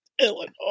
Illinois